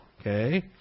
okay